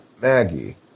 Maggie